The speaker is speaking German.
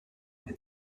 eine